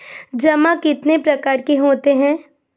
जमा कितने प्रकार के होते हैं?